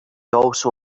also